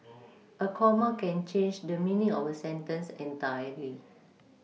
a comma can change the meaning of a sentence entirely